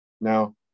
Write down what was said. Now